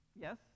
Yes